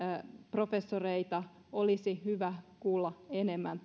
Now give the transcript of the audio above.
professoreita tai muita tutkijoita olisi hyvä kuulla enemmän